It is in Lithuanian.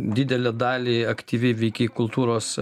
didelę dalį aktyviai veikei kultūros